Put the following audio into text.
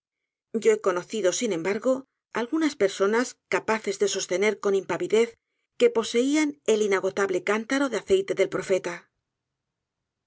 yo he conocido sin embargo algunas personas capaces de sostener con impavidez que poseían el inagotable cántaro de aceite del profeta